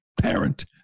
parent